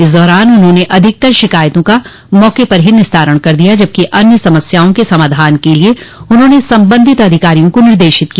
इस दौरान उन्होंने अधिकतर शिकायतों का मौके पर ही निस्तारण कर दिया जबकि अन्य समस्याओं के समाधान के लिए उन्होंने संबंधित अधिकारियों को निर्देशित किया